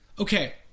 okay